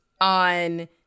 on